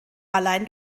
allein